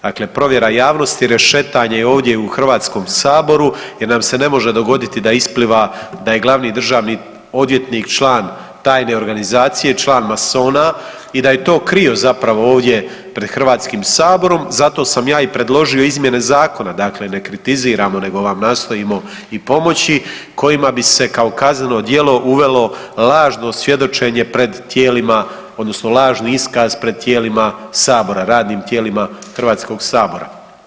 Dakle provjera javnosti, rešetanje ovdje u HS-u jer nam se ne može dogoditi da ispliva da je glavni državni odvjetnik član tajne organizacije, član masona i da je to krio, zapravo ovdje pred HS-om, zato sam ja i predložio izmjene zakona, dakle ne kritiziramo nego vam nastojimo i pomoći, kojima bi se kao kazneno djelo uvelo lažno svjedočenje pred tijelima odnosno lažni iskaz pred tijelima Sabora, radnim tijelima HS-a.